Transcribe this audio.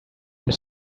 that